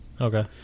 Okay